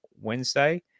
Wednesday